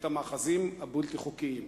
את המאחזים הבלתי-חוקיים.